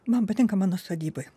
man patinka mano sodyboj